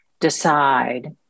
decide